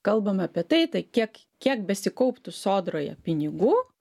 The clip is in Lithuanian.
kalbam apie tai tai kiek kiek besikauptų sodroje pinigų